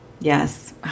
Yes